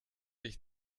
ich